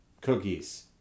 Cookies